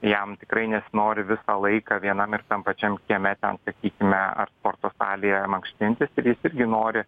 jam tikrai nesinori visą laiką vienam ir tam pačiam kieme ten sakykime ar sporto salėje mankštintis ir jis irgi nori